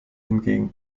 hingegen